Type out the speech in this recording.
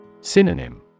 Synonym